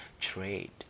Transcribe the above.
Trade